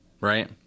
right